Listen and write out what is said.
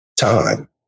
Time